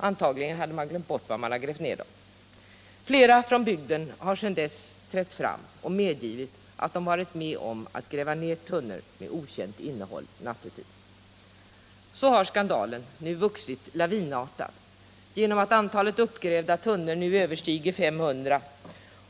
Antagligen hade man glömt var man grävt ner dem. Flera personer från bygden har sedan dess trätt fram och medgivit att de varit med om att nattetid gräva ner tunnor med okänt innehåll. Skandalen har vuxit lavinartat. Antalet uppgrävda tunnor överstiger nu 500